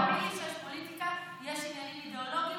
תאמין לי שיש פוליטיקה, יש עניינים אידיאולוגיים.